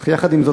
אך יחד עם זאת,